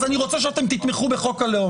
אני רוצה שאתם תתמכו בחוק הלאום.